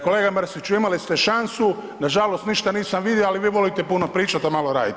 Kolega Mrsiću imali ste šansu, nažalost ništa nisam vidio ali vi volite puno pričat, a malo radit.